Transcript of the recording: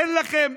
אין לכם,